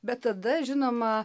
bet tada žinoma